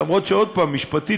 למרות שמשפטית,